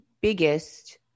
biggest